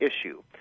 issue